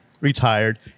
retired